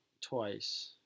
Twice